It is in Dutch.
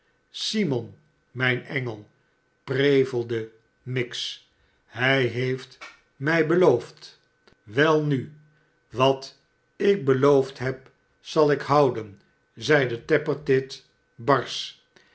simon mijn enel prevelde miggs hij heeft mij beloofd welnu wat ik beloofd heb zal ik houden zeide tappertit barsch